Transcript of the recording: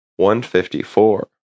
154